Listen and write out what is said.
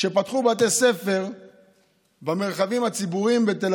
כשפתחו בתי ספר במרחבים הציבוריים בתל